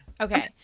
Okay